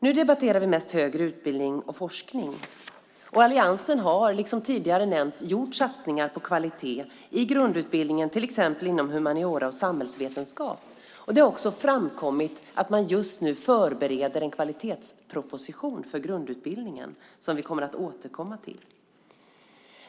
Nu debatterar vi mest högre utbildning och forskning. Alliansen har, som tidigare nämnts, gjort satsningar på kvalitet i grundutbildningen, till exempel inom humaniora och samhällsvetenskap. Det har också framkommit att man just nu förbereder en kvalitetsproposition för grundutbildningen, som vi kommer att återkomma till.